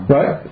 Right